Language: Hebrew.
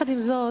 עם זאת,